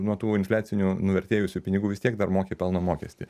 nuo tų infliacinių nuvertėjusių pinigų vis tiek dar moki pelno mokestį